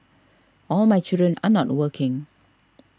all my children are not working